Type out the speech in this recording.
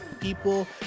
people